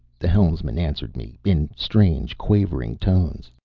the helmsman answered me, in strange, quavering tones.